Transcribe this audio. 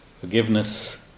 forgiveness